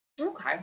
Okay